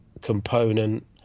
component